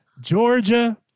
Georgia